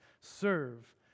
serve